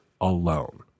alone